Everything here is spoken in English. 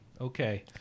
Okay